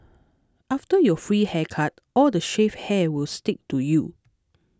after your free haircut all the shaved hair will stick to you